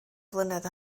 flynedd